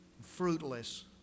fruitless